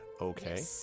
Okay